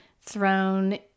thrown